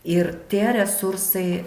ir tie resursai